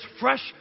fresh